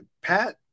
Pat